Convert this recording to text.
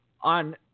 on